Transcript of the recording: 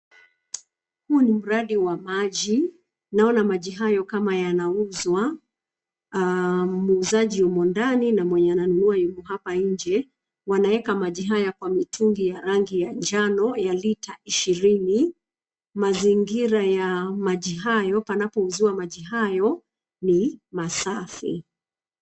Huu ni mradi wa maji. Naona maji hayo kama yanauzwa, muuzaji yumo ndani na mwenye ananunua yupo hapa nje. Wanaeka maji haya kwa mitungi ya rangi ya njano ya lita ishirini. Mazingira ya maji hayo panapouziwa maji hayo ni masafi.